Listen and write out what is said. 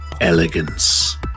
Elegance